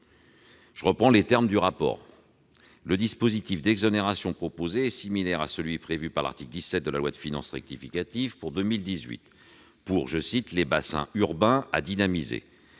les termes mêmes du rapport, « le dispositif d'exonération proposé est similaire à celui prévu par l'article 17 de la loi de finances rectificative pour 2018 pour les " bassins urbains à dynamiser ",